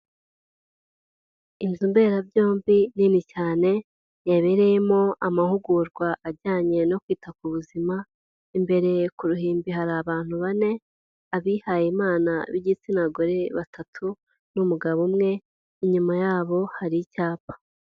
Inzo mberabyombi nini cyane yabereyemo amahugurwa ajyanye no kwita ku buzima, imbere ku ruhimbi hari abantu bane, abihaye Imana b'igitsina gore batatu n'umugabo umwe, inyuma yabo hari icyapa.